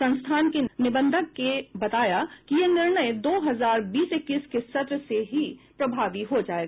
संस्थान के निबंधक ने बताया कि यह निर्णय दो हजार बीस इक्कीस के सत्र से ही प्रभावी हो जायेगा